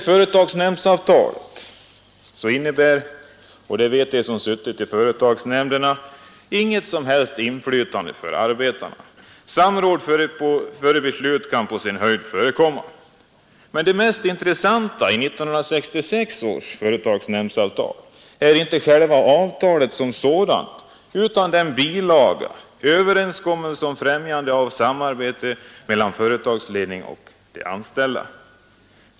Företagsnämndsavtalet innebär inget som helst inflytande för arbetarna, och det vet de som har suttit i företagsnämnderna. Samråd före beslut kan på sin höjd förekomma. Men det mest intressanta i 1966 års företagsnämndsavtal är inte avtalet som sådant utan bilagan Överenskommelse om främjande av samarbete mellan företagsledning och de anställda.